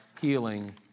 healing